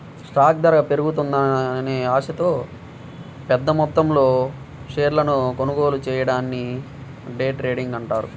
stock ధర పెరుగుతుందనే ఆశతో పెద్దమొత్తంలో షేర్లను కొనుగోలు చెయ్యడాన్ని డే ట్రేడింగ్ అంటారు